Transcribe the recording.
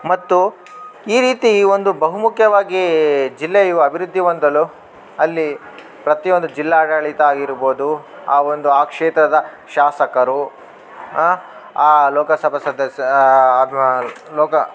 ಮತ್ತು ಈ ರೀತಿ ಒಂದು ಬಹುಮುಖ್ಯವಾಗಿ ಜಿಲ್ಲೆಯು ಅಭಿವೃದ್ದಿ ಹೊಂದಲು ಅಲ್ಲಿ ಪ್ರತಿಯೊಂದು ಜಿಲ್ಲಾಡಳಿತ ಆಗಿರ್ಬೋದು ಆ ಒಂದು ಆ ಕ್ಷೇತ್ರದ ಶಾಸಕರು ಆ ಲೋಕಸಭಾ ಸದಸ್ಯ ಲೋಕ